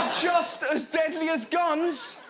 just as deadly as guns!